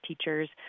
teachers